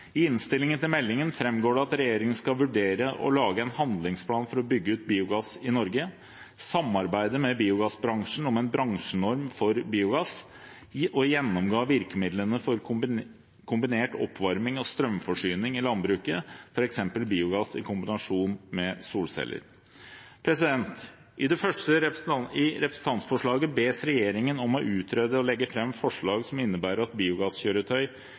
I innstillingen til meldingen framgår det at regjeringen skal vurdere å lage en handlingsplan for å bygge ut biogass i Norge, samarbeide med biogassbransjen om en bransjenorm for biogass, og gjennomgå virkemidlene for kombinert oppvarming og strømforsyning i landbruket, f.eks. biogass i kombinasjon med solceller. I representantforslaget bes regjeringen om å utrede og legge fram forslag som innebærer at biogasskjøretøy